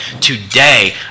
Today